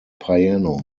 piano